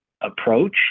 approach